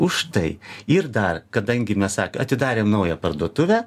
už tai ir dar kadangi mes atidarėm naują parduotuvę